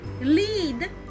Lead